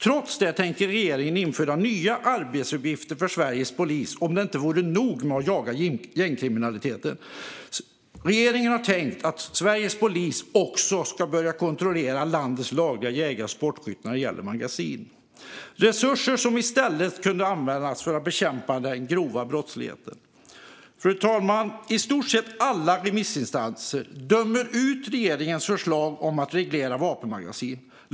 Trots detta tänker regeringen införa nya arbetsuppgifter för Sveriges polis, som om det inte vore nog med att jaga gängkriminaliteten! Regeringen har tänkt att Sveriges polis också ska börja kontrollera landets lagliga jägare och sportskyttar när det gäller magasin. Det är resurser som i stället kunde användas för att bekämpa den grova brottsligheten. Fru talman! I stort sett alla remissinstanser dömer ut regeringens förslag om att reglera vapenmagasin.